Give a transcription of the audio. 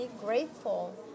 grateful